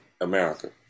America